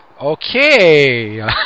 Okay